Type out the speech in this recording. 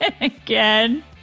again